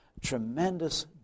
tremendous